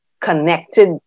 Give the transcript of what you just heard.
connected